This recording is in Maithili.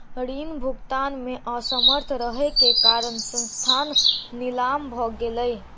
ऋण भुगतान में असमर्थ रहै के कारण संस्थान नीलाम भ गेलै